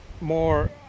more